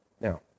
Now